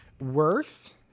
worth